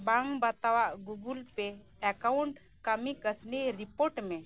ᱵᱟᱝ ᱵᱟᱛᱟᱣᱟᱜ ᱜᱩᱜᱳᱞ ᱯᱮ ᱮᱠᱟᱣᱩᱱᱴ ᱠᱟᱹᱢᱤ ᱠᱟᱹᱥᱢᱤ ᱨᱤᱯᱳᱴ ᱢᱮ